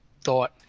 thought